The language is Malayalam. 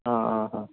ആ ആ